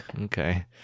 Okay